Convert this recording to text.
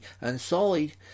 Unsullied